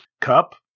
Cup